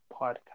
podcast